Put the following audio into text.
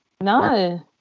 No